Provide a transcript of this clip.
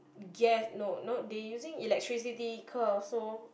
gas no not they using electricity cars so